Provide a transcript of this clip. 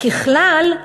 ככלל,